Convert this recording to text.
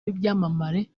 b’ibyamamare